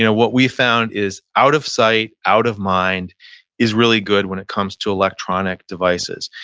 you know what we found is out of sight, out of mind is really good when it comes to electronic devices.